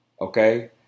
okay